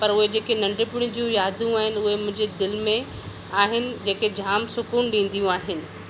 पर उहे जेके नंढपिण जूं यादियूं आहिनि उहे मुंहिंजे दिलि में आहिनि जेके जामु सुक़ून ॾींदियूं आहिनि